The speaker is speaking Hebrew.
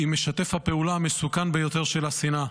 היא משתף הפעולה המסוכן ביותר של השנאה.